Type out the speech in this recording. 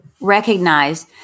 recognize